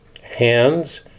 hands